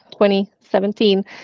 2017